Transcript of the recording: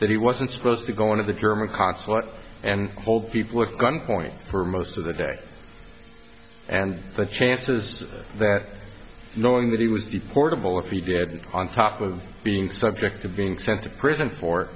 that he wasn't supposed to go on of the german consulate and hold people look on point for most of the day and the chances that knowing that he was be portable if he did on top of being subject to being sent to prison for